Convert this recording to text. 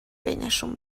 بینشون